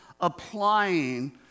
applying